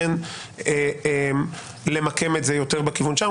ולכן למקום את זה יותר בכיוון שם.